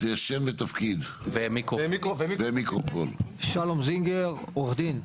שלום זינגר, עורך דין,